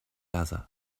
other